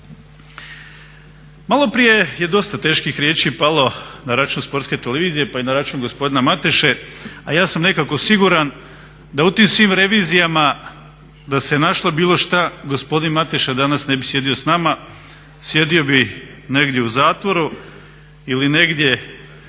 Maloprije je dosta teških riječi palo na račun sportske televizije pa i na račun gospodina Mateše, a ja sam nekako siguran da u tim svim revizijama da se našlo bilo šta gospodin Mateša danas ne bi sjedio s nama, sjedio bi negdje u zatvoru ili negdje